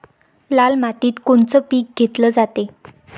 लाल मातीत कोनचं पीक घेतलं जाते?